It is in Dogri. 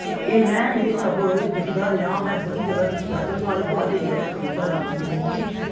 मैं एह् सब दिक्खदा रेहा मैं बड़ी जगह दिक्खेआ ते नोहाड़े बाद जाइयै कविता लिखी ही